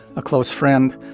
a close friend.